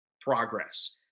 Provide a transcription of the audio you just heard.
progress